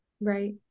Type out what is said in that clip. Right